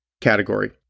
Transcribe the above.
category